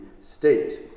state